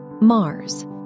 Mars